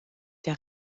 der